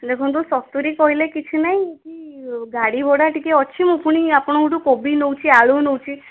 ଦେଖନ୍ତୁ ସତୁରୀ କହିଲେ କିଛି ନାହିଁ କି ଗାଡ଼ି ଭଡ଼ା ଟିକେ ଅଛି ମୁଁ ପୁଣି ଆପଣଙ୍କଠୁ କୋବି ନେଉଛି ଆଳୁ ନେଉଛି